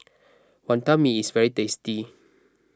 Wonton Mee is very tasty